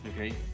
okay